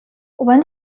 when